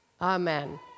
Amen